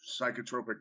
Psychotropic